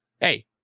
hey